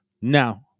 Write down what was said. Now